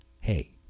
hey